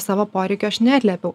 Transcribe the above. savo poreikių aš neatliepiau